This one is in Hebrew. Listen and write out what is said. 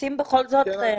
רוצים בכל זאת לדבר?